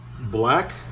black